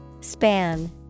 Span